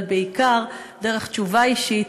אבל בעיקר דרך תשובה אישית,